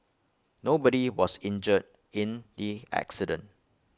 nobody was injured in the accident